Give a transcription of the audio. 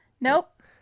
Nope